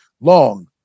long